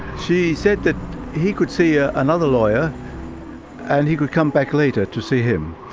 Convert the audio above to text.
she said that he could see ah another lawyer and he could come back later to see him.